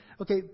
okay